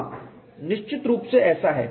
हाँ निश्चित रूप से ऐसा है